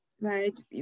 right